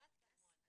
נציבות